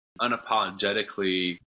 unapologetically